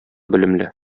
белемле